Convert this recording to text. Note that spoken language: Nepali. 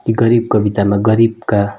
यी गरिब कवितामा गरिबका